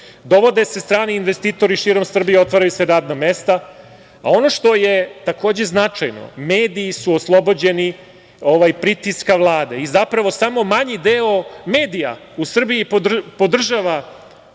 dovode se strani investitori širom Srbije, otvaraju se radna mesta, a ono što je takođe značajno, mediji su oslobođeni pritiska Vlade. Zapravo, samo manji deo medija u Srbiji podržava